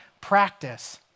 practice